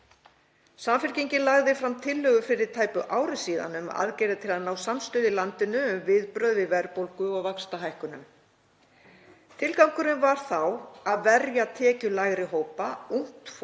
Samfylkingin lagði fram tillögu fyrir tæpu ári síðan um aðgerðir til að ná samstöðu í landinu um viðbrögð við verðbólgu og vaxtahækkunum. Tilgangurinn var þá að verja tekjulægri hópa, ungt fólk